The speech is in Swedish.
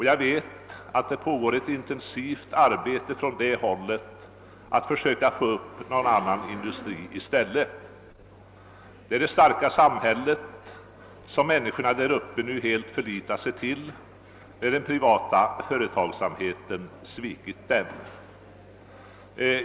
Jag vet att det pågår ett intenvist arbete på det hållet på att få upp någon annan industri i stället. Människorna däruppe förlitar sig nu helt på det starka samhället, när den privata företagsamheten svikit dem.